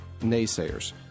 naysayers